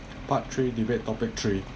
part three debate topic three